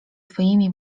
twoimi